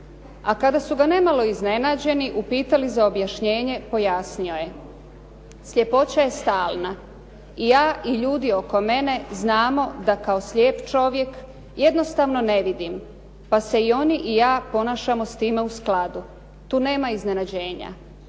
A kada su ga nemalo iznenađeni upitali za objašnjenje, pojasnio je. Sljepoća je stalna i ja i ljudi oko mene znamo da kao slijep čovjek jednostavno ne vidi, pa se i oni i ja ponašamo sa time u skladu, tu nema iznenađenja.